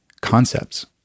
concepts